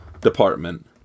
department